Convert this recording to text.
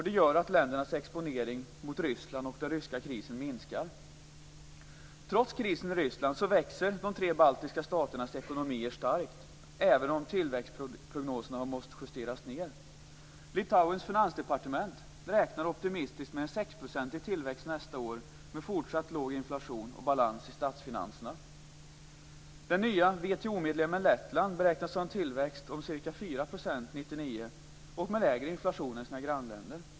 Det gör att ländernas exponering mot Ryssland och den ryska krisen minskar. Trots krisen i Ryssland växer de tre baltiska staternas ekonomier starkt, även om tillväxtprognoserna har måst justeras ned. Litauens finansdepartement räknar optimistiskt med en 6-procentig tillväxt nästa år, med fortsatt låg inflation och balans i statsfinanserna. Den nya WTO-medlemmen Lettland beräknas ha en tillväxt om ca 4 % år 1999 med lägre inflation än sina grannländer.